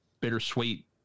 bittersweet